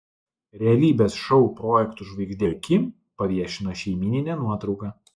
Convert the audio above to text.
realybės šou projektų žvaigždė kim paviešino šeimyninę nuotrauką